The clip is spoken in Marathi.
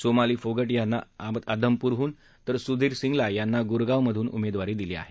सोमाली फोगट यांना आदमपूरहून तर सुधीर सिंगला यांना गुरगाँवमधून उमेदवारी देण्यात आली आहे